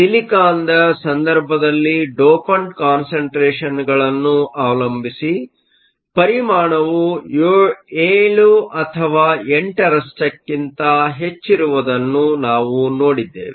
ಸಿಲಿಕಾನ್ದ ಸಂದರ್ಭದಲ್ಲಿ ಡೋಪಂಟ್ ಕಾನ್ಸಂಟ್ರೇಷನ್ಗಳನ್ನು ಅವಲಂಬಿಸಿ ಪರಿಮಾಣವು 7 ಅಥವಾ 8 ರಷ್ಟಕ್ಕಿಂತ ಹೆಚ್ಚಿರುವುದನ್ನು ನಾವು ನೋಡಿದ್ದೇವೆ